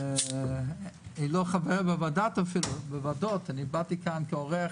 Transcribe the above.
אני לא חבר בוועדות אפילו, באתי לכאן כאורח